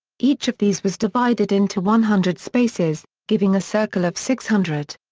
each of these was divided into one hundred spaces, giving a circle of six hundred.